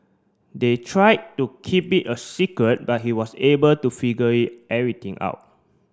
they tried to keep it a secret but he was able to figure it everything out